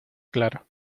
claro